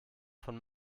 von